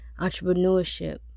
entrepreneurship